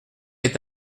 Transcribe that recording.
est